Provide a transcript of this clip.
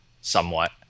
somewhat